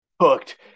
hooked